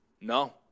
No